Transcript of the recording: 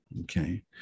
Okay